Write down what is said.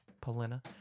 Polina